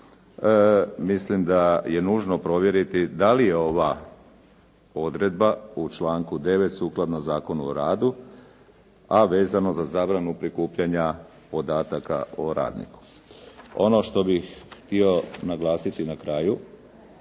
mislim da je nužno provjeriti da li je ova odredba u članku 9. sukladno Zakonu o radu a vezano za zabranu prikupljanja podataka o radniku. Ono što bih htio naglasiti na kraju,